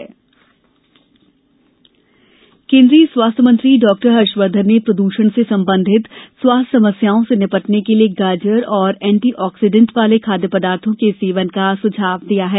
हर्षवर्द्वन केंद्रीय स्वास्थ्य मंत्री डॉक्टर हर्षवर्धन ने प्रदषण से संबंधित स्वास्थ्य समस्याओं से निपटने के लिए गाजर और एंटीऑक्सीडेंट वाले खाद्य पदार्थो के सेवन का सुझाव दिया है